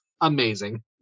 amazing